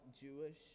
Jewish